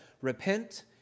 repent